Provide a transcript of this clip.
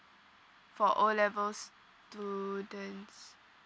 for O levels students